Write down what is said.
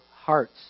hearts